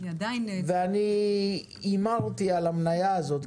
אני הימרתי על המניה הזאת.